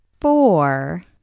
Four